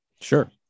Sure